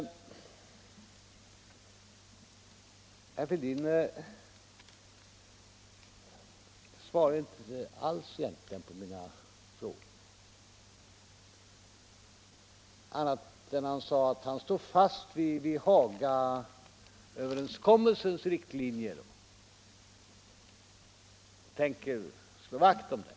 Herr Fälldin svarade egentligen inte alls på mina frågor annat än att han sade att han står fast vid Hagaöverenskommelsens riktlinjer och tänker slå vakt om dem.